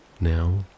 now